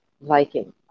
Viking